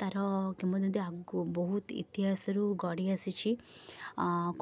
ତା'ର କିମ୍ବଦନ୍ତୀ ଆଗକୁ ବହୁତ ଇତିହାସରୁ ଗଢ଼ି ଆସିଛି